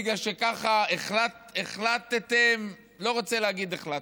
בגלל שככה החלטתם לא רוצה להגיד החלטנו,